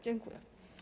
Dziękuję.